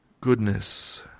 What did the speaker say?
goodness